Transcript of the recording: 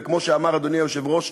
וכמו שאמר אדוני היושב-ראש,